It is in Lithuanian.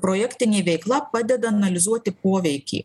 projektinė veikla padeda analizuoti poveikį